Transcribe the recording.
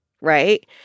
right